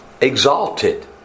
exalted